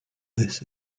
this